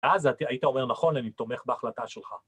אז היית אומר נכון, אני תומך בהחלטה שלך.